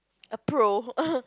a pro